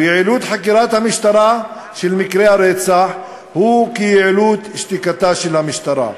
ויעילות חקירת המשטרה את מקרי הרצח היא כיעילות שתיקתה של המשטרה.